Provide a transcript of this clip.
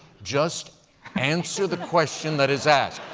just answer the question that is asked.